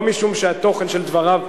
לא משום התוכן של דבריו,